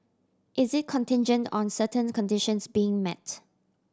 is it contingent on certain conditions being met